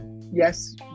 yes